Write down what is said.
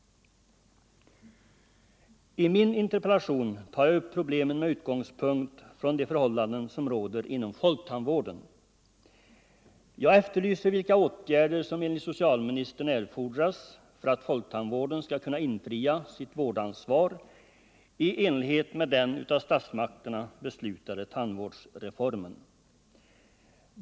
I min interpellation tar jag upp problemen med utgångspunkt i de förhållanden som råder inom folktandvården. Jag efterlyser vilka fortsatta åtgärder som enligt socialministern erfordras för att folktandvården skall kunna infria sitt vårdansvar i enlighet med den av statsmakterna beslutade tandvårdsreformen.